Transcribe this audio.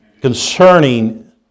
concerning